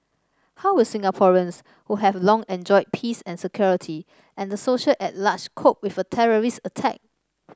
how will Singaporeans who have long enjoyed peace and security and the society at large cope with a terrorist attack